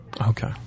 Okay